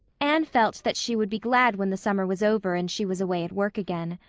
anne felt that she would be glad when the summer was over and she was away at work again.